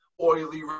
oily